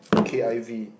K_I_V